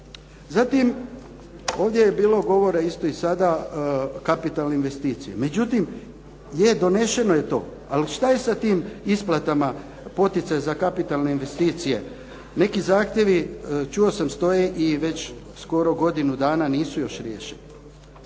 Zatim, ovdje je bilo govora isto i sada kapitalnih investicija. Međutim, je donešeno je to, ali šta je sa tim isplatama poticaja za kapitalne investicije. Neki zahtjevi čuo sam stoje i već skoro godinu dana nisu još riješeni.